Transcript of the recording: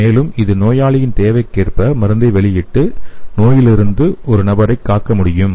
மேலும் இது நோயாளியின் தேவைக்கேற்ப மருந்தை வெளியிட்டு குறிப்பிட்ட நோயிலிருந்து நபரைக் காப்பாற்ற முடியும்